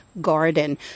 garden